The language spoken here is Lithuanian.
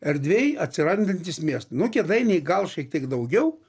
erdvei atsirandantys miestai nu kėdainiai gal šiek tiek daugiau